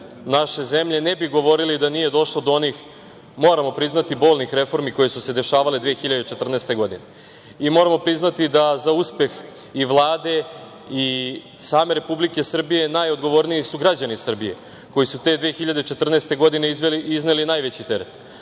naše zemlje ne bi govorili da nije došlo do onih, moramo priznati, bolnih reformi koje su se dešavale 2014. godine. Moramo priznati da za uspeh i Vlade, i same Republike Srbije najodgovorniji su građani Srbije, koji su te 2014. godine izneli najveći teret,